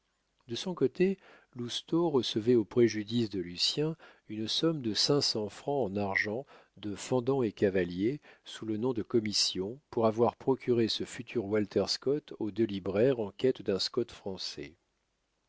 de son côté lousteau recevait au préjudice de lucien une somme de cinq cents francs en argent de fendant et cavalier sous le nom de commission pour avoir procuré ce futur walter scott aux deux libraires en quête d'un scott français